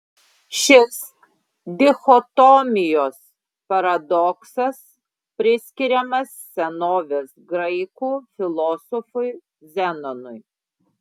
šis dichotomijos paradoksas priskiriamas senovės graikų filosofui zenonui